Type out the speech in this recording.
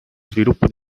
sviluppo